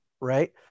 right